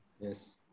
Yes